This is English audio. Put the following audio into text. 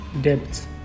debt